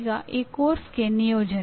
ಈಗ ಈ ಪಠ್ಯಕ್ರಮಕ್ಕೆ ನಿಯೋಜನೆ